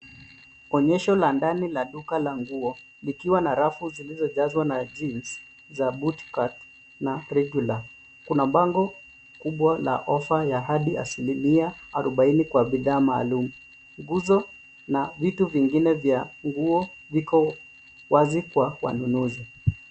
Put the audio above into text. Onyesho la ndani la duka la nguo likiwa na rafu zilizojazwa na jeans za bootcut na regular . Kuna bango kubwa la ofa ya hadi asilimia arobaini kwa bidhaa maalum. Nguzo na vitu vingine vya nguo viko wazi kwa wanunuzi.